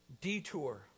Detour